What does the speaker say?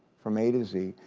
from a to z.